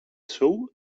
show